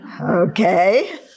Okay